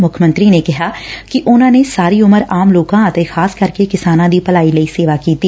ਮੁੱਖ ਮੰਤਰੀ ਨੇ ਕਿਹਾ ਕਿ ਉਨੂਾ ਨੇ ਸਾਰੀ ਉਮਰ ਆਮ ਲੋਕਾ ਅਤੇ ਖ਼ਾਸ ਕਰਕੇ ਕਿਸਾਨਾ ਦੀ ਭਲਾਈ ਲਈ ਸੇਵਾ ਕੀਤੀ